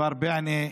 בכפר בענה.